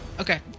Okay